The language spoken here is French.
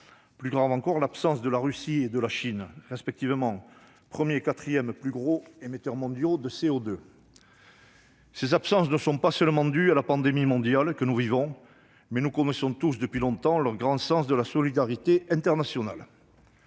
Plus graves encore sont les absences de la Chine et de la Russie, respectivement premier et quatrième plus gros émetteurs mondiaux de CO2. Ces absences ne sont pas seulement dues à la pandémie mondiale que nous vivons : nous connaissons depuis longtemps le grand sens de la solidarité internationale